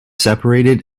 separated